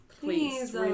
Please